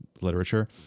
literature